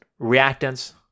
reactants